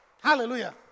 Hallelujah